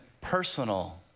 personal